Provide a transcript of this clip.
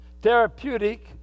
Therapeutic